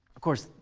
of course,